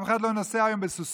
אף אחד לא נוסע היום בסוסיתא,